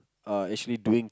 are actually doing